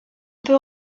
peut